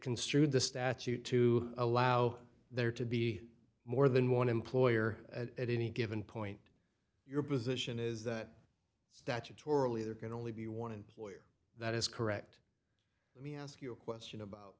construed the statute to allow there to be more than one employer at any given point your position is that statutorily they're going to only be one employer that is correct let me ask you a question about